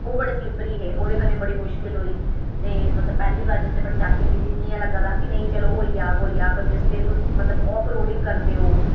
ओह् बड़े स्लिपरी हे ओह्दे कन्नै बड़ी मुश्कल होई ते मतलब पैह्ली बार जिसले में ट्रैकिंग कीती इ'यां लग्गा दा कि नेईं चलोहोई जाह्ग होई जाह्ग जिसलै तुस मतलब हाफ लोड़िंग करदे ओ